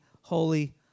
holy